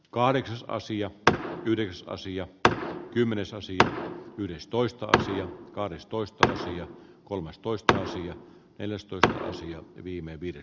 kahdeksan asiakkaan yhden asiakkaan kymmenesosina yhdestoista ja kahdestoista ja kolmastoista ja neljästoista sija viime viiden